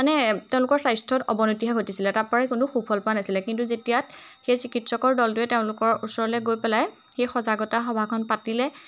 মানে তেওঁলোকৰ স্বাস্থ্যত অৱনতিহে ঘটিছিলে তাৰ পৰাই কোনো সুফল পোৱা নাছিলে কিন্তু যেতিয়া সেই চিকিৎসকৰ দলটোৱে তেওঁলোকৰ ওচৰলৈ গৈ পেলাই সেই সজাগতা সভাখন পাতিলে